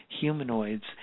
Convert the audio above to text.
humanoids